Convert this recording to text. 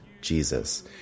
Jesus